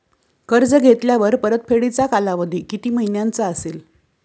कर्ज घेतल्यावर परतफेडीचा कालावधी किती महिन्यांचा असेल?